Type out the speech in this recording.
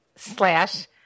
Slash